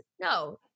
No